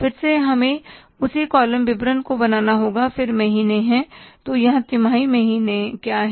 फिर से हमें उसी कॉलम विवरण को बनाना होगा फिर महीने हैं तो यहां तिमाही महीने क्या हैं